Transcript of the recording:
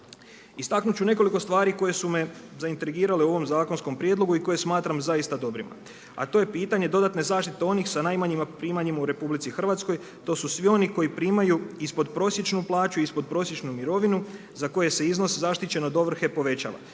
Istaknuo ću nekoliko stvari koje su zaintrigirale u ovom zakonskom prijedlogu i koje smatram zaista dobrima. A to je pitanje dodatne zaštite onih sa najmanjima primanja u RH, to su svi oni koji primaju ispod prosječnu plaću, ispod prosječnu mirovinu, za koji se iznos zaštićen od ovrhe, povećava.